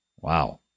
Wow